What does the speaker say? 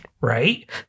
right